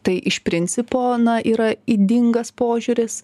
tai iš principo na yra ydingas požiūris